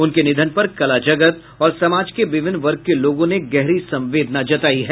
उनके निधन पर कला जगत और समाज के विभिन्न वर्ग के लोगों ने गहरी संवेदना जतायी है